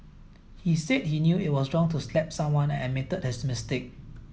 he said he knew it was wrong to slap someone and admitted his mistake